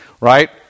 right